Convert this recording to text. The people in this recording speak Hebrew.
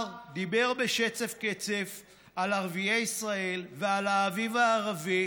בר דיבר בשצף-קצף על ערביי ישראל ועל האביב הערבי,